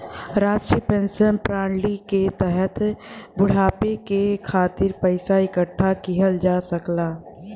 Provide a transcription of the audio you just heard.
राष्ट्रीय पेंशन प्रणाली के तहत बुढ़ापे के खातिर पइसा इकठ्ठा किहल जा सकला